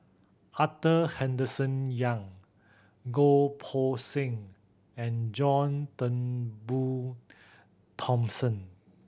Arthur Henderson Young Goh Poh Seng and John Turnbull Thomson